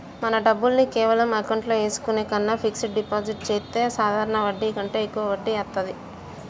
మన డబ్బుల్ని కేవలం అకౌంట్లో ఏసుకునే కన్నా ఫిక్సడ్ డిపాజిట్ చెత్తే సాధారణ వడ్డీ కంటే యెక్కువ వడ్డీ వత్తాది